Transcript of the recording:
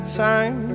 time